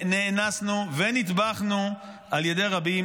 ונאנסנו ונטבחנו על ידי רבים.